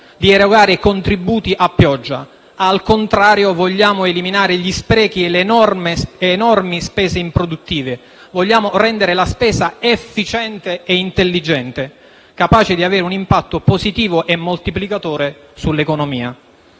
di erogare contributi a pioggia. Al contrario, vogliamo eliminare gli sprechi e le enormi spese improduttive. Vogliamo rendere la spesa efficiente e intelligente, capace di avere un impatto positivo e moltiplicatore sull'economia.